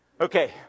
Okay